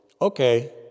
Okay